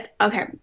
okay